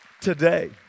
today